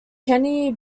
kenny